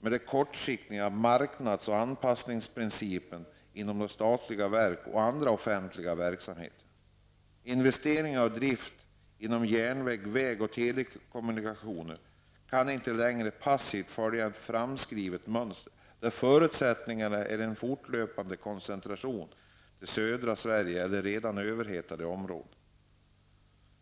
med den kortsiktiga marknads och anpassningsprincipen inom de statliga verken och andra offentliga verksamheter. Investeringar och drift inom järnvägs-, väg och telesektorerna kan inte längre passivt följa ett framskrivet mönster, där förutsättningen är en fortlöpande koncentration till södra Sverige och redan överhettade områden.